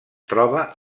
troba